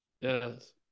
Yes